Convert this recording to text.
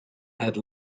had